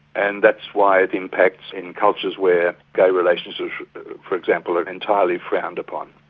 and that's why it impacts in cultures where gay relations for example are entirely frowned upon.